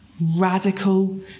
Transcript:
radical